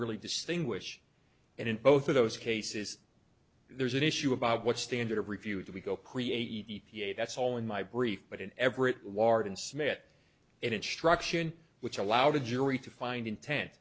really distinguish and in both of those cases there's an issue about what standard of review do we go create e t a that's all in my brief but in everett larkin smit instruction which allow the jury to find intent